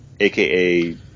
aka